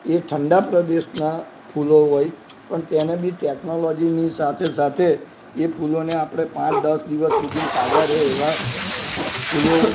એ ઠંડા પ્રદેશના ફૂલો હોય પણ તેને બી ટેકનોલોજીની સાથે સાથે એ ફૂલોને આપણે પાંચ દસ દિવસ સુધી તાજા રહે એવા ફૂલો